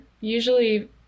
usually